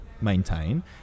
maintain